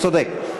צודק,